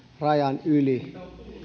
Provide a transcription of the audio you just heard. hallitsemattomasti rajan yli